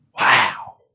Wow